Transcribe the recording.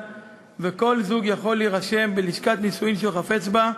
וכל זוג יכול להירשם בלשכת הנישואים שהוא חפץ בה,